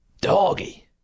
Doggy